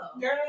Girl